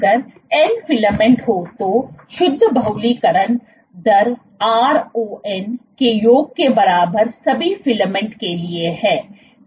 अगर n filament हो तो शुद्ध बहुलकीकरण दर ron के योग के बराबर सभी फिलामेंट के लिए है